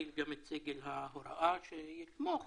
את סגל ההוראה שיתמוך